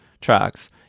tracks